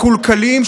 מקולקלים,